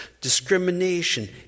discrimination